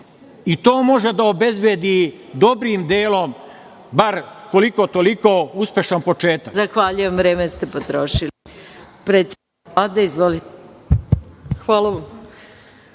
i to može da obezbedi dobrim delom bar koliko-toliko uspešan početak.